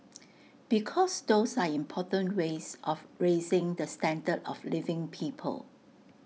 because those are important ways of raising the standard of living people